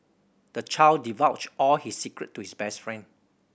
the child divulged all his secret to his best friend